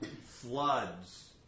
floods